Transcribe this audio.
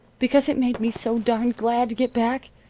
because it made me so darned glad to get back.